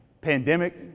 Pandemic